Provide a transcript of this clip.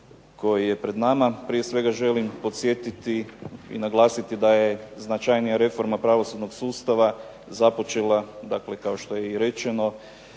koji je pred nama, prije svega želim podsjetiti i naglasiti da je značajnija reforma pravosudnog sustava započela, dakle kao što je i rečeno